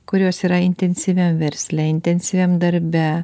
kurios yra intensyviam versle intensyviam darbe